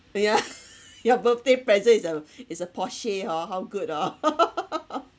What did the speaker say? ya your birthday present is a is a porsche hor how good orh